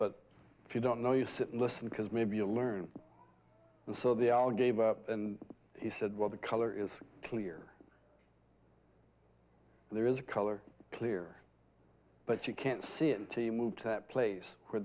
but if you don't know you sit and listen because maybe you'll learn and so they all gave up and he said well the color is clear and there is a color clear but you can't see it until you move to that place where